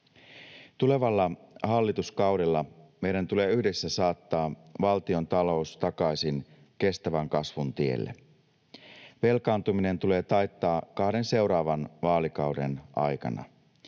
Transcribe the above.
Tulevalla hallituskaudella meidän tulee yhdessä saattaa valtiontalous takaisin kestävän kasvun tielle. Velkaantuminen tulee taittaa kahden seuraavan vaalikauden aikana.